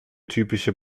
typische